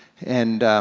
and,